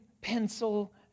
pencil